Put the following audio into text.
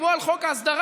כמו על חוק ההסדרה,